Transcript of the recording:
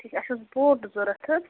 ٹھیٖک اَسہِ اوس بوٹ ضوٚرتھ حظ